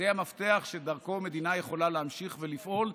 זה המפתח שדרכו מדינה יכולה להמשיך ולפעול,